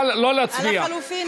על הלחלופין לא.